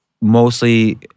mostly